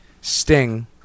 Sting